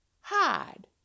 hide